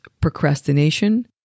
procrastination